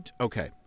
Okay